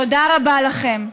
תודה רבה לכם.